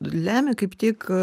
lemia kaip tik